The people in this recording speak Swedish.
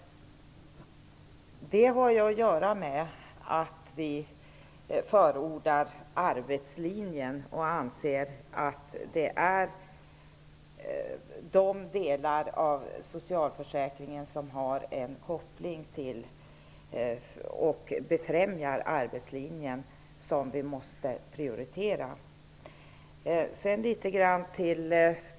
Det har att göra med att vi förordar arbetslinjen. Vi anser att det är de delar av socialförsäkringen som befrämjar arbetslinjen som vi måste prioritera.